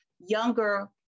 younger